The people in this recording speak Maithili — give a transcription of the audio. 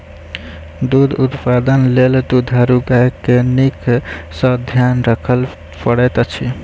दूध उत्पादन लेल दुधारू गाय के नीक सॅ ध्यान राखय पड़ैत अछि